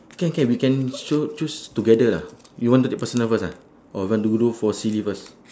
can can we can also choose together lah you want to do personal first ah or you want to do for silly first